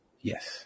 Yes